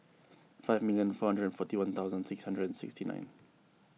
five million four hundred and forty one thousand six hundred and sixty nine